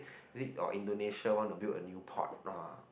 or Indonesia want to do a new port orh